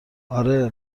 آره